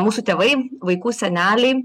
mūsų tėvai vaikų seneliai